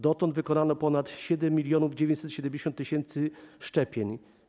Dotąd wykonano ponad 7970 tys. szczepień.